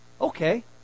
Okay